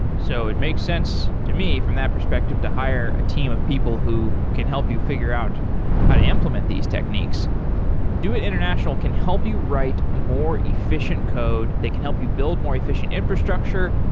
so it makes sense to me from that perspective to hire a team of people who can help you figure out how to implement these techniques do it international can help you write more efficient code that can help you build more efficient infrastructure.